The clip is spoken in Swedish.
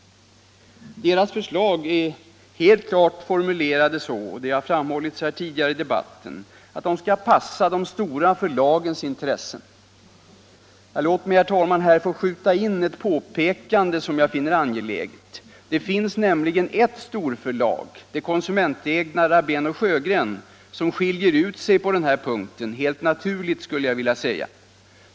Deras förslag är helt formulerade så — som det framhållits tidigare i debatten — att de skall passa de stora förlagens intressen. Låt mig här få skjuta in ett påpekande som jag finner angeläget! Det finns ett storförlag — det konsumentägda Rabén & Sjögren - som skiljer ut sig på den här punkten, helt naturligt skulle jag vilja säga.